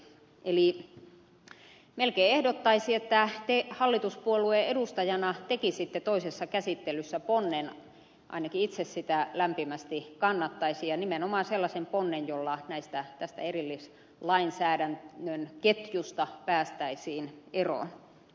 melkein ehdottaisin että te hallituspuolueen edustajana tekisitte toisessa käsittelyssä ponnen ainakin itse sitä lämpimästi kannattaisin ja nimenomaan sellainen ponnen jolla tästä erillislainsäädännön ketjusta päästäisiin eroon